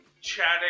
chatting